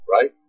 right